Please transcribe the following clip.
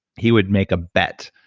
he would make a bet,